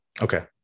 Okay